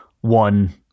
one